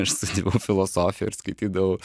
aš studijavau filosofiją ir skaitydavau